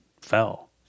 fell